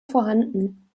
vorhanden